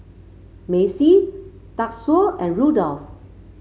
Macey Tatsuo and Rudolf